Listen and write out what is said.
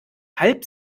halb